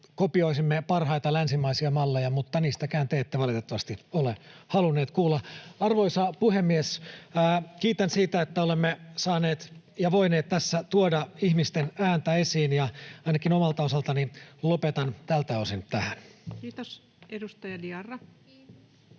kopioisimme parhaita länsimaisia malleja, mutta niistäkään te ette valitettavasti ole halunneet kuulla. Arvoisa puhemies! Kiitän siitä, että olemme saaneet ja voineet tässä tuoda ihmisten ääntä esiin, ja ainakin omalta osaltani lopetan tältä osin tähän. Kiitos. — Edustaja Diarra.